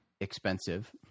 expensive